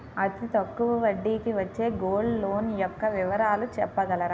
అతి తక్కువ వడ్డీ కి వచ్చే గోల్డ్ లోన్ యెక్క వివరాలు చెప్పగలరా?